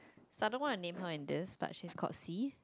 so I don't want to name her in this but she's called C